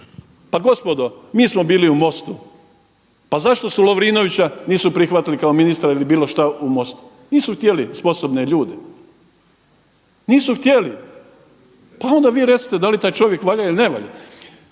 pa gospodo mi smo bili u MOST-u. Pa zašto su Lovrinovića nisu prihvatili kao ministra ili bilo šta u MOST-u? Nisu htjeli sposobne ljude. Nisu htjeli. Pa onda vi recite da li taj čovjek valja ili ne valja.